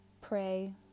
Pray